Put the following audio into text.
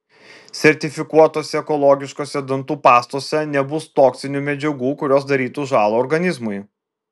sertifikuotose ekologiškose dantų pastose nebus toksinių medžiagų kurios darytų žąlą organizmui